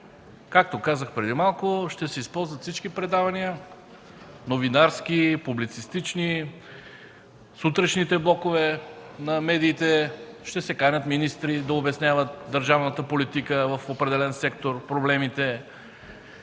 Както казах преди малко, ще се използват всички предавания – новинарски, публицистични, сутрешните блокове на медиите, ще се канят министри да обясняват държавната политика в определен сектор, проблемите.